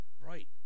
Right